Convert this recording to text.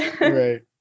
Right